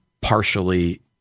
partially